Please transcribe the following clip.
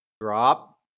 drop